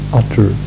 utter